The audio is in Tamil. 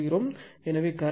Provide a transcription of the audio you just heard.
எனவே கரண்ட் ஆம்பியர் 23